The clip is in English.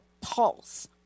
pulse